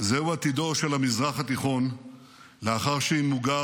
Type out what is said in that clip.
זהו עתידו של המזרח התיכון לאחר שתמוגר